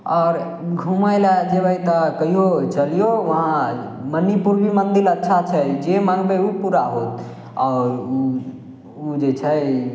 आओर घूमय लए जेबय तऽ कहियो चलियौ वहाँ मणिपुरमे मन्दिर अच्छा छै जे मँगबै उ पूरा होत आओर उ जे छै